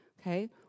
okay